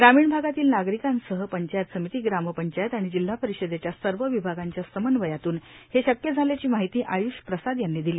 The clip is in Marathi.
ग्रामीण भागातील नागरिकांसह पंचायत समिती ग्रामपंचायत आणि जिल्हा परिषदेच्या सर्व विभागांच्या समन्वयातून हे शक्य झाल्याची माहिती आय्ष प्रसाद यांनी दिली